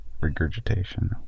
regurgitation